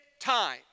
time